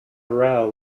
row